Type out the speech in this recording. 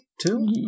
two